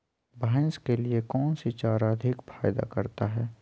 भैंस के लिए कौन सी चारा अधिक फायदा करता है?